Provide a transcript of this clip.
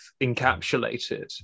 encapsulated